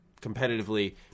competitively